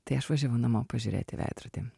tai aš važiavau namo pažiūrėt į veidrodį